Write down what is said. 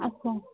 اَچھا